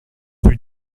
rue